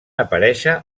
aparèixer